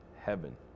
heaven